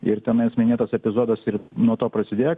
ir tenais minėtas epizodas ir nuo to prasidėjo